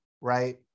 right